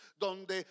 donde